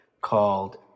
called